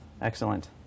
Excellent